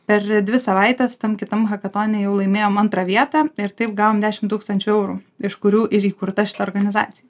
per dvi savaites tam kitam hakatone jau laimėjom antrą vietą ir taip gavom dešim tūkstančių eurų iš kurių ir įkurta šita organizacija